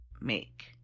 make